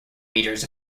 meters